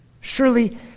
Surely